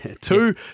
Two